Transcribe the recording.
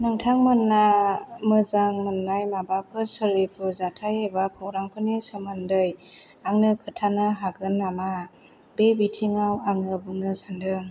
नोंथामोना मोजां मोन्नाय माबफोर सोलिफु जाथाय एबा खौरां फोरनि सोमोन्दै आंनो खोन्थानो हागोन नामा बे बिथिंयाव आङो बुंनो सानदों